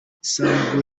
sam